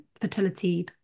fertility